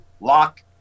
lock